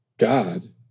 God